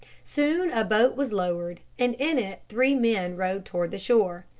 soon a boat was lowered and in it three men rowed toward the shore.